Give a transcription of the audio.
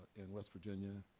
in west virginia,